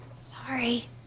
Sorry